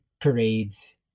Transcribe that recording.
parades